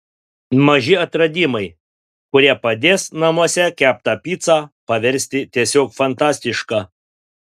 maži atradimai kurie padės namuose keptą picą paversti tiesiog fantastiška